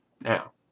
Now